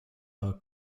are